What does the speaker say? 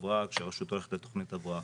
ההבראה כשהרשות הולכת לתוכנית הבראה.